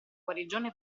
guarigione